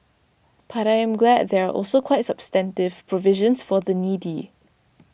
but I am glad there are also quite substantive provisions for the needy